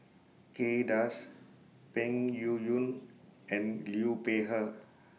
Kay Das Peng Yuyun and Liu Peihe